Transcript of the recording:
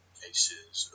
cases